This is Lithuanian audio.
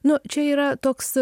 nu čia yra toks